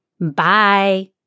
Bye